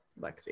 Lexi